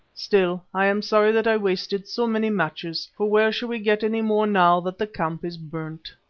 still, i am sorry that i wasted so many matches, for where shall we get any more now that the camp is burnt?